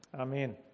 Amen